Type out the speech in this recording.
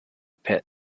pit